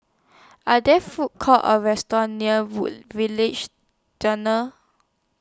Are There Food Courts Or restaurants near Wood Village Tunnel